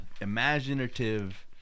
imaginative